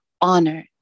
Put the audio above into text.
honor